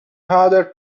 other